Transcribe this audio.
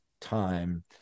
time